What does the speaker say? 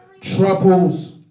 troubles